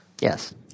Yes